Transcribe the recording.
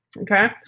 Okay